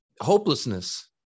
hopelessness